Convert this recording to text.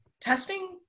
Testing